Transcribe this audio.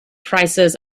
prices